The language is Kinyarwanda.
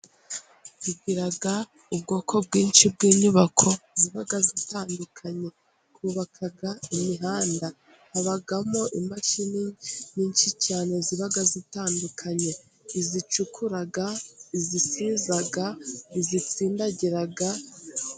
Tugira ubwoko bwinshi bw'inyubako ziba zitandukanye. Twubaka imihanda habamo machine nyinshi cyane ziba zitandukanye izicukura, izisiza n'izitsindagira.